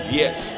yes